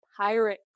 pirate